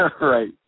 Right